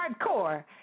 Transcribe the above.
hardcore